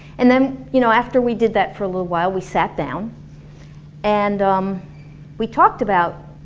and then, you know, after we did that for a little while we sat down and um we talked about,